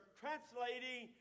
translating